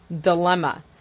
Dilemma